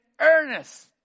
earnest